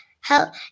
help